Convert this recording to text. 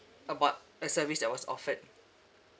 about a service that was offered